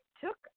took